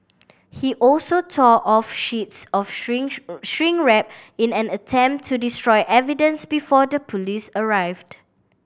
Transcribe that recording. he also tore off sheets of shrink wrap in an attempt to destroy evidence before the police arrived